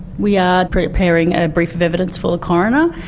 we are preparing a brief of evidence for the coroner.